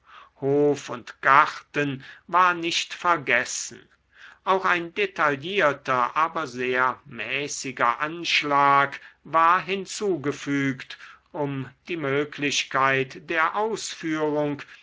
hof und garten war nicht vergessen auch ein detaillierter aber sehr mäßiger anschlag war hinzugefügt um die möglichkeit der ausführung